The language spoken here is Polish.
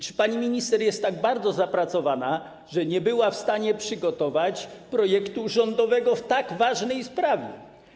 Czy pani minister jest tak bardzo zapracowana, że nie była w stanie przygotować projektu rządowego w tak ważnej sprawie?